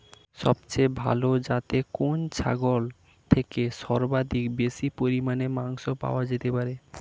সবচেয়ে ভালো যাতে কোন ছাগল থেকে সর্বাধিক বেশি পরিমাণে মাংস পাওয়া যেতে পারে?